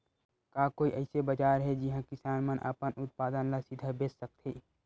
का कोई अइसे बाजार हे जिहां किसान मन अपन उत्पादन ला सीधा बेच सकथे?